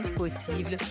possible